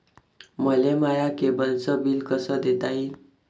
मले माया केबलचं बिल कस देता येईन?